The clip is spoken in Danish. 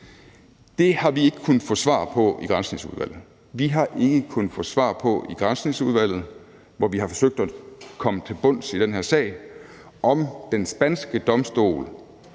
Det har vi ikke kunnet få svar på i Granskningsudvalget. Vi har ikke kunnet få svar på i Granskningsudvalget, hvor vi har forsøgt at komme til bunds i den her sag, om den spanske domstol